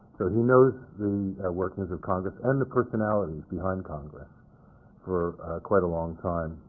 he knows the workings of congress and the personalities behind congress for quite a long time.